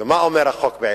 מה בעצם אומר החוק?